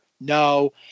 No